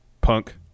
Punk